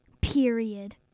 Period